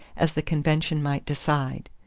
as the convention might decide.